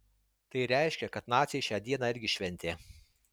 tai reiškia kad naciai šią dieną irgi šventė